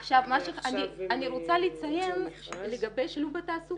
ועכשיו הם יצאו למכרז -- אני רוצה לציין לגבי שילוב בתעסוקה